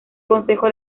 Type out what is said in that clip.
consejo